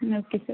ம் okay sir